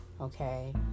okay